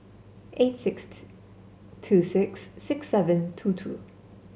eight six two six six seven two two